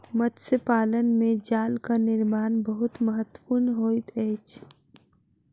मत्स्य पालन में जालक निर्माण बहुत महत्वपूर्ण होइत अछि